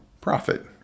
profit